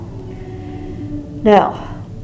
Now